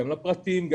גם לפרטיים,